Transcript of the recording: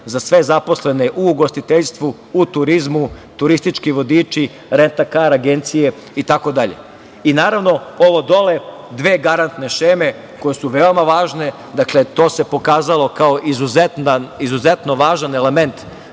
za sve zaposlene u ugostiteljstvu, u turizmu, turistički vodiči, rentakar agencije itd. Naravno, ovo dole, dve garantne šeme, koje su veoma važne, dakle, to se pokazalo kao izuzetno važan element,